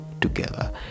together